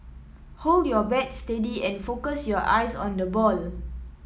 hold your bat steady and focus your eyes on the ball